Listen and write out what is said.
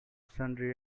sundry